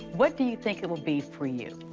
what do you think it'll be for you?